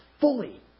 fully